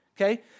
okay